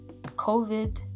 covid